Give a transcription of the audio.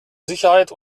sicherheit